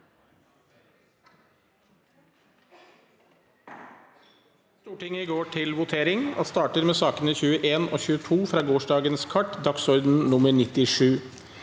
Stortinget går til votering og starter med sakene nr. 21 og 22 fra gårsdagens kart, dagsorden nr. 97.